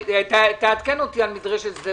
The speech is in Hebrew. הישיבה ננעלה בשעה 10:40.